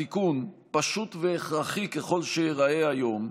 התיקון, פשוט והכרחי ככל שייראה היום,